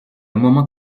moment